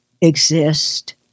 exist